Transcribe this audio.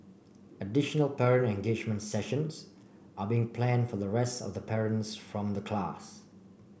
additional parent engagement sessions are being planned for the rest of the parents from the class